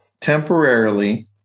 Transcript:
temporarily